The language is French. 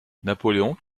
napoléon